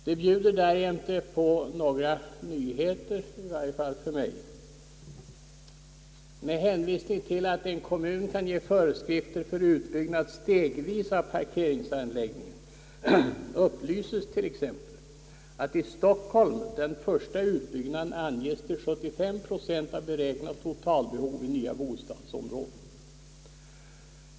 Det bjuder därjämte på några nyheter, i varje fall för mig. Med hänvisning till att en kommun kan ge föreskrifter för utbyggnad stegvis av parkeringsanläggning upplyses t.ex. att i Stockholm den första utbyggnaden anges till 75 procent av beräknat totalbehov i nya bostadsområden.